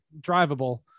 drivable